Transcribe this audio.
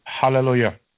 Hallelujah